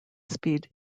speed